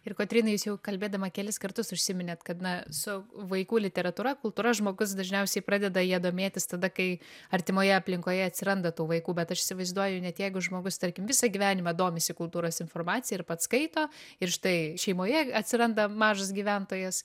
ir kotryna jūs jau kalbėdama kelis kartus užsiminėt kad na su vaikų literatūra kultūra žmogus dažniausiai pradeda ja domėtis tada kai artimoje aplinkoje atsiranda tų vaikų bet aš įsivaizduoju net jeigu žmogus tarkim visą gyvenimą domisi kultūros informacija ir pats skaito ir štai šeimoje atsiranda mažas gyventojas